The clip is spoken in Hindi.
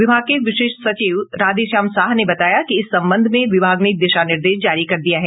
विभाग के विशेष सचिव राधेश्याम साह ने बताया कि इस संबंध में विभाग ने दिशा निर्देश जारी कर दिया है